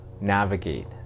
navigate